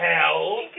hell